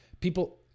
people